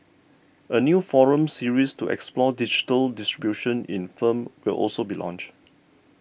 a new forum series to explore digital distribution in firm will also be launched